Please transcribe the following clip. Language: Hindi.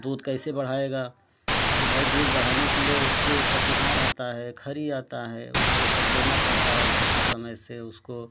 दूध कैसे बढ़ाएगा तो भाई दूध बढ़ाने के लिए उसको पशु आहार आता है खरी आता है उसको सब देना पड़ता है समय समय से उसको